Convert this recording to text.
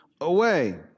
away